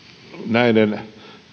näiden